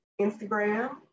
instagram